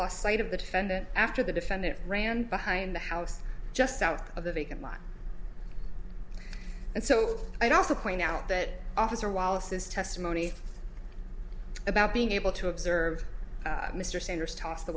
lost sight of the defendant after the defendant ran behind the house just south of the vacant lot and so i'd also point out that officer wallace is testimony about being able to observe mr sanders toss the